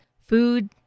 Food